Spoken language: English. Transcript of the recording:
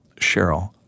Cheryl